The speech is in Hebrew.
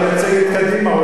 אתה מייצג את קדימה.